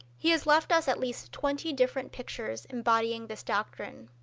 he has left us at least twenty different pictures embodying this doctrine.